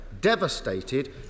devastated